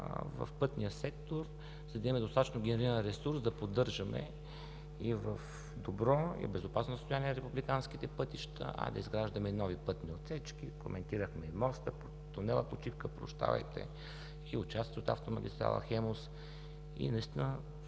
в пътния сектор, за да имаме достатъчно генериран ресурс да поддържаме и в добро, и в безопасно състояние републиканските пътища, а и да изграждаме нови пътни отсечки. Коментирахме и тунела „Почивка“, и участъци от автомагистрала „Хемус“, и